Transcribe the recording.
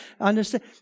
understand